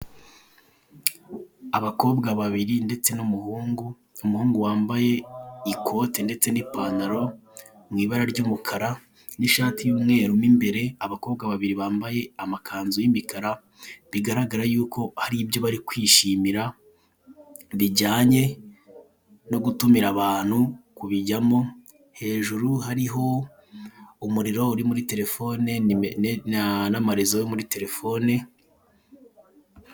Abakobwa babiri ndetse n'umuhungu, umuhungu wambaye ikote ndetse n'ipantaro, mu ibara ry'umukara n'ishati y'umweru mo imbere, abakobwa babiri bambaye amakanzu y'imikara, bigaragara yuko hari ibyo bari kwishimira bijyanye no gutumira abantu kubijyamo, hejuru hariho umuriro uri muri telefone, n'amarezo yo muri telefone